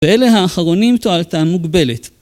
ואלה האחרונים תועלתם מוגבלת.